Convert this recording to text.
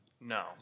No